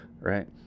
right